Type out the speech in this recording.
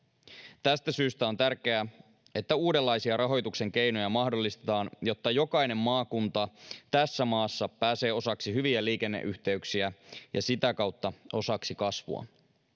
tästä syystä on tärkeää että mahdollistetaan uudenlaisia rahoituksen keinoja jotta jokainen maakunta tässä maassa pääse osaksi hyviä liikenneyhteyksiä ja sitä kautta osaksi kasvua